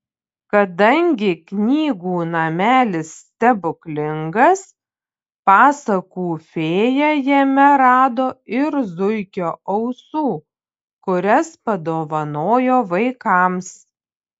kadangi knygų namelis stebuklingas pasakų fėja jame rado ir zuikio ausų kurias padovanojo vaikams